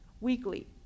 weekly